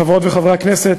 תודה, חברות וחברי הכנסת,